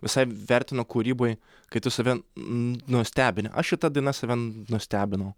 visai vertinu kūryboj kai tu save n nustebini aš šita daina save nustebinau